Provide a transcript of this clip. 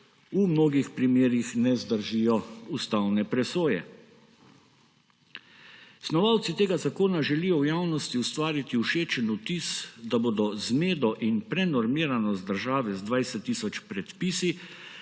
v mnogih primerih ne zdržijo ustavne presoje. Snovalci tega zakona želijo v javnosti ustvariti všečen vtis, da bodo zmedo in prenormiranost države z 20 tisoč predpisi